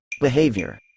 Behavior